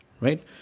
right